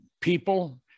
people